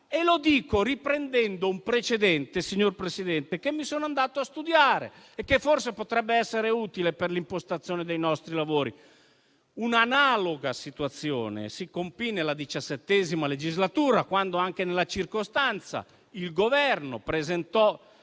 Dico ciò riprendendo un precedente, signor Presidente, che mi sono andato a studiare e che forse potrebbe essere utile per l'impostazione dei nostri lavori. Un'analoga situazione si verificò nella XVII legislatura, quando il Governo presentò